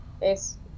es